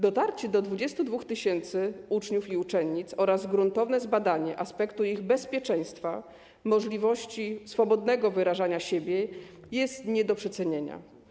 Dotarcie do 22 tys. uczniów i uczennic oraz gruntowne zbadanie aspektu ich bezpieczeństwa, możliwości swobodnego wyrażania siebie jest nie do przecenienia.